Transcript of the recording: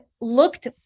looked